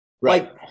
Right